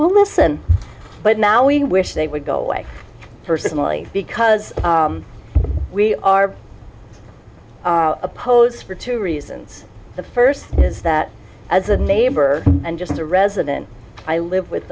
we'll listen but now we wish they would go away personally because we are oppose for two reasons the first is that as a neighbor and just a resident i live with